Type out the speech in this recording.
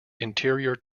interior